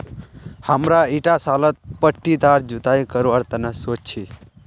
हमरा ईटा सालत पट्टीदार जुताई करवार तने सोच छी